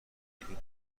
این